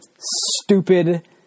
stupid